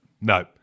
no